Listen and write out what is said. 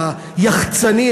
היחצני,